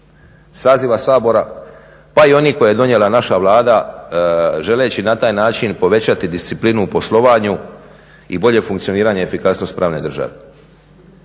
saziva Sabora pa i onih koje je donijela naša Vlada želeći na taj način povećati disciplinu u poslovanju i bolje funkcioniranje i efikasnost pravne države.